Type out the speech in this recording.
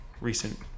recent